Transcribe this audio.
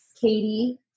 Katie